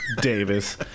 Davis